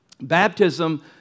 Baptism